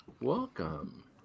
Welcome